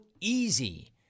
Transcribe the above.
easy